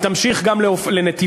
היא תמשיך לנתיבות,